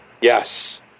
Yes